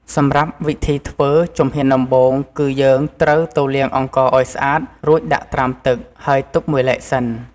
សម្រាប់វិធីធ្វើ ជំហានដំបូង គឺយើងត្រូវទៅលាងអង្ករឱ្យស្អាត រួចដាក់ត្រាំទឹក ហើយទុកមួយឡែកសិន។